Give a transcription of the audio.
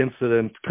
incident